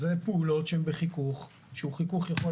אלה פעולות שהם בחיכוך שהוא חיכוך שיכול